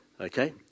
okay